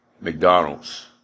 McDonald's